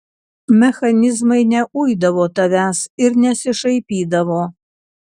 mechanizmai neuidavo tavęs ir nesišaipydavo